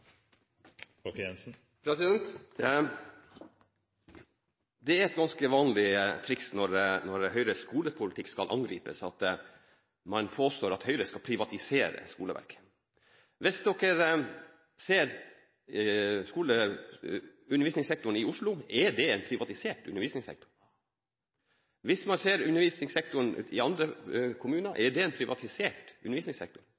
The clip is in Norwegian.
etterlyser. Det er et ganske vanlig triks – når Høyres skolepolitikk skal angripes – at man påstår at Høyre skal privatisere skoleverket. Hvis man ser på undervisningssektoren i Oslo: Er den privatisert? Hvis man ser på undervisningssektoren i andre kommuner: Er det en privatisert undervisningssektor?